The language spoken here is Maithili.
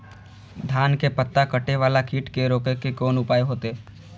धान के पत्ता कटे वाला कीट के रोक के कोन उपाय होते?